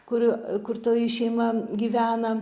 kur kur toji šeima gyvena